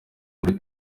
muri